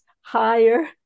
higher